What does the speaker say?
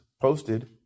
posted